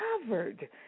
covered